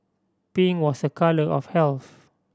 pink was a colour of health